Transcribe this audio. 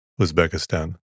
Uzbekistan